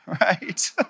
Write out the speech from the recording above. right